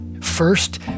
first